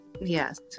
Yes